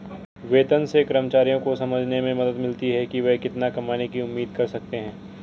वेतन से कर्मचारियों को समझने में मदद मिलती है कि वे कितना कमाने की उम्मीद कर सकते हैं